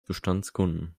bestandskunden